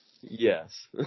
Yes